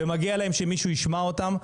ומגיע להם שמישהו ישמע אותם,